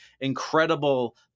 incredible